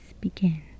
begin